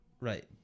right